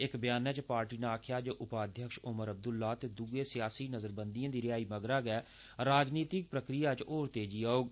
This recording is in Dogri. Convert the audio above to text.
इक ब्यानै च पार्टी नै आक्खेआ जे उपाध्यक्ष उमर अब्दुल्ला ते दूए सियासी नज़रबंदिएं दी रिहाई मगरा राजनीतिक प्रक्रिया च होर तेजी औग